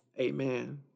Amen